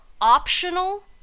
optional